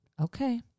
Okay